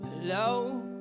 Hello